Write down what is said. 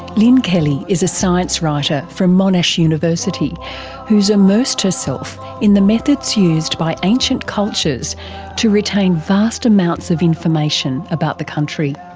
lynne kelly is a science writer from monash university who's immersed herself into the methods used by ancient cultures to retain vast amounts of information about the country.